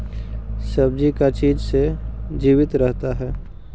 सब्जी का चीज से जीवित रहता है?